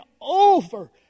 over